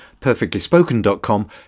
perfectlyspoken.com